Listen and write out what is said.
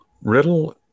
riddle